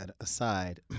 aside